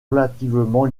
relativement